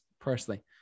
personally